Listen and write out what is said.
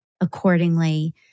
accordingly